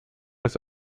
ist